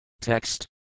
TEXT